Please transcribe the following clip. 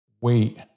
wait